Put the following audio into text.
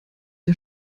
der